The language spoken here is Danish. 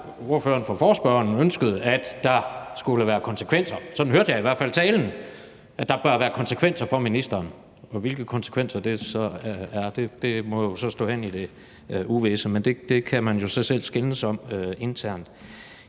ordføreren for forespørgerne ønskede, at der skulle være konsekvenser. Sådan hørte jeg i hvert fald talen, altså at der bør være konsekvenser for ministeren. Og hvilke konsekvenser det så er, må jo stå hen i det uvisse, men det kan man jo så selv skændes om internt.